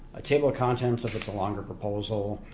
a table of contents if it's a longer proposal,